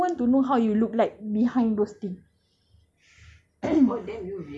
you kau tak normal apa like people want to know how you look like behind those thing